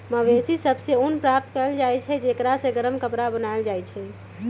मवेशि सभ से ऊन प्राप्त कएल जाइ छइ जेकरा से गरम कपरा बनाएल जाइ छइ